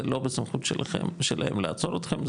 זה לא במסכות שלהם לעצור אתכם,